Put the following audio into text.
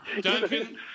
Duncan